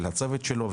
של הצוות שלו,